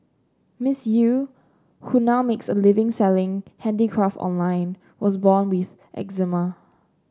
Miss Eu who now makes a living selling handicraft online was born with eczema